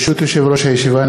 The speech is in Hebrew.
ברשות יושב-ראש הישיבה,